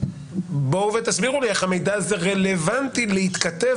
בואו ותסבירו לי איך המידע הזה רלוונטי להתכתב